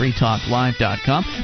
freetalklive.com